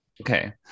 Okay